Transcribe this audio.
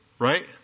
right